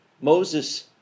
Moses